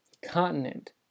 continent